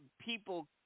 people